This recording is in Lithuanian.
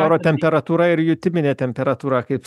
oro temperatūra ir jutiminė temperatūra kaip